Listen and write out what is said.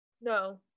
no